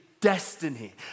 Destiny